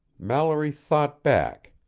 mallory thought back.